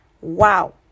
wow